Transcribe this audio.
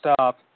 stop